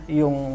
yung